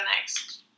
next